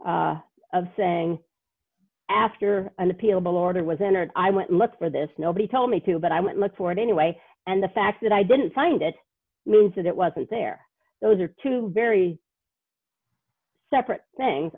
brief of saying after an appealable order was entered i went and looked for this nobody told me to but i would look for it anyway and the fact that i didn't find it means that it wasn't there those are two very separate things